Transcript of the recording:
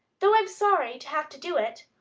though i'm sorry to have to do it.